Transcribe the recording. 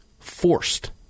forced